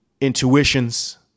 intuitions